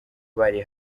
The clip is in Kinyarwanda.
bari